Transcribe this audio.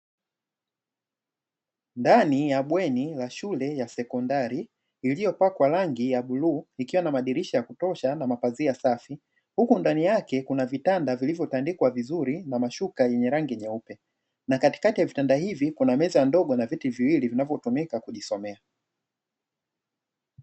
Ndani ya bweni la shule ya sekondari iliyopakwa rangi ya bluu, ikiwa na madirisha ya kutosha na mapazia safi. Huku ndani yake kuna vitanda vilivotandikwa vizuri na mashuka yenye rangi nyeupe. Na katikati ya vitanda hivi kuna meza ndogo na viti viwili vinavotumika kujisomea.